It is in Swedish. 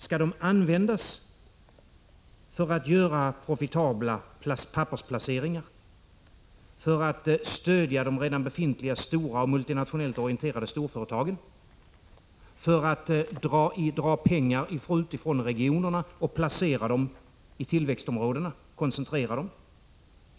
Skall de användas för att göra profitabla pappersplaceringar, för att stödja de redan befintliga stora och multinationellt orienterade storföretagen, för att dra pengar utifrån regionerna och koncentrera dem till tillväxtområdena?